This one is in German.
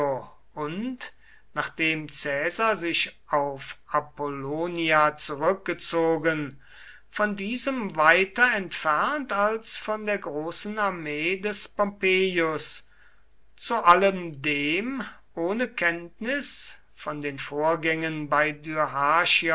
und nachdem caesar sich auf apollonia zurückgezogen von diesem weiter entfernt als von der großen armee des pompeius zu allem dem ohne kenntnis von den vorgängen bei